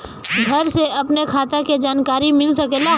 घर से अपनी खाता के जानकारी मिल सकेला?